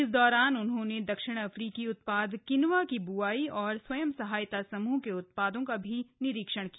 इस दौरान उन्होंने दक्षिण अफ्रीकी उत्पाद किनवा की ब्आई और स्वयं सहायता समूह के उत्पादों का भी निरीक्षण किया